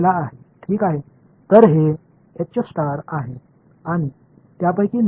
எனவே இது மற்றும் அதில் பாதியை சரியாக எடுத்துக் கொள்ளுங்கள்